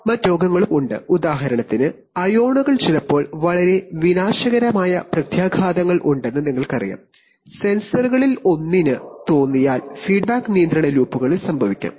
മറ്റ് പ്രയോഗങ്ങളും ഉണ്ട് ഉദാഹരണത്തിന് ചിലപ്പോൾ ഫീഡ്ബാക്ക് നിയന്ത്രണ ലൂപ്പുകളിൽ സെൻസറുകളിൽ ഒന്ന് പ്രവർത്തനനിരത ആയാൽ വളരെ വിനാശകരമായ പ്രത്യാഘാതങ്ങൾ ഉണ്ടാകും